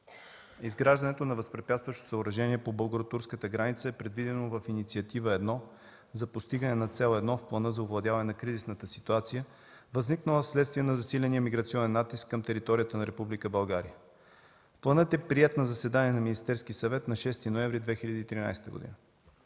Изграждането на възпрепятстващо съоръжение по българо-турската граница е предвидено в Инициатива 1, за постигане на Цел № 1 в Плана за овладяване на кризисната ситуация, възникнала вследствие на засиления миграционен натиск към територията на Република България. Планът е приет на заседание на Министерския съвет на 6 ноември 2013 г.